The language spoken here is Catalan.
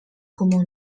comuna